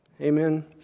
Amen